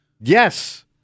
Yes